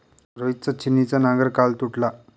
रोहितचा छिन्नीचा नांगर काल तुटला